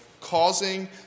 causing